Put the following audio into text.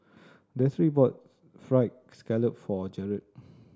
Destry bought Fried Scallop for Jaron